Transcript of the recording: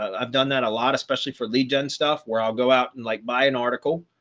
ah i've done that a lot, especially for lead gen stuff where i'll go out and like by an article,